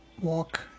walk